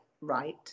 right